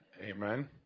Amen